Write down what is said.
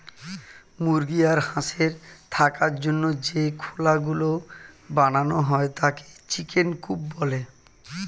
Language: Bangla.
মুরগি আর হাঁসের থাকার জন্য যে খোলা গুলো বানানো হয় তাকে চিকেন কূপ বলে